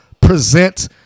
present